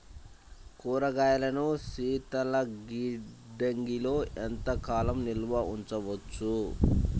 కూరగాయలను శీతలగిడ్డంగిలో ఎంత కాలం నిల్వ ఉంచుతారు?